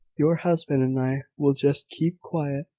your husband and i will just keep quiet,